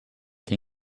can